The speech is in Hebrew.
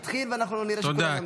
תתחיל, ואנחנו נראה שכולם יעמדו בזה.